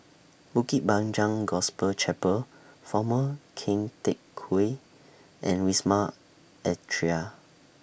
Bukit Panjang Gospel Chapel Former Keng Teck Whay and Wisma Atria